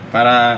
Para